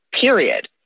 period